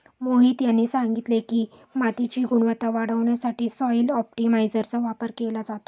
मोहित यांनी सांगितले की, मातीची गुणवत्ता वाढवण्यासाठी सॉइल ऑप्टिमायझरचा वापर केला जातो